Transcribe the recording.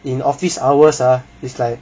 in office hours ah is like